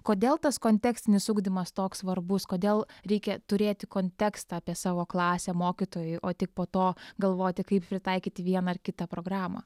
kodėl tas kontekstinis ugdymas toks svarbus kodėl reikia turėti kontekstą apie savo klasę mokytojui o tik po to galvoti kaip pritaikyti vieną ar kitą programą